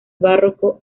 barroco